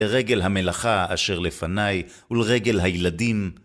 לרגל המלאכה אשר לפניי, ולרגל הילדים.